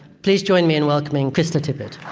please join me in welcoming krista tippett.